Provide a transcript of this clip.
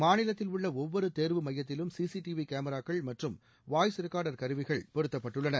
மாநிலத்தில் உள்ள ஒவ்வொரு தேர்வு மையத்திலும் சிசிடிவி கேமராக்கள் மற்றும் வாய்ஸ் ரெக்கார்டர் கருவிகள் பொருத்தப்பட்டுள்ளன